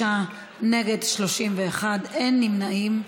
בעד 25, נגד 31, אין נמנעים.